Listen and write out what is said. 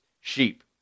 sheep